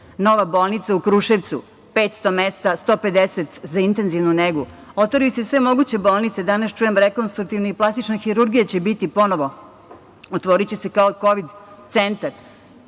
nova bolnica u Kruševcu, 500 mesta, 150 za intenzivnu negu. Otvaraju se sve moguće bolnice. Danas čujem da će rekonstruktivna i plastična hirurgija biti ponovo kao Kovid centar.